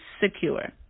secure